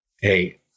hey